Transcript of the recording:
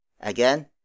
Again